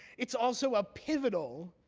it's also a pivotal,